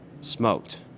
smoked